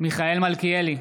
מיכאל מלכיאלי,